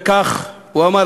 וכך הוא אמר,